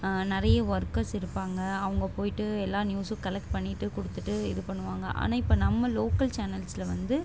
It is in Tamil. நிறைய ஒர்க்கர்ஸ் இருப்பாங்க அவங்க போயிட்டு எல்லா நியூஸ்ஸும் கலெக்ட் பண்ணிவிட்டு கொடுத்துட்டு இது பண்ணுவாங்க ஆனால் இப்போ நம்ம லோக்கல் சேனல்ஸில் வந்து